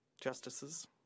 justices